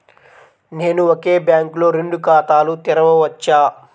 నేను ఒకే బ్యాంకులో రెండు ఖాతాలు తెరవవచ్చా?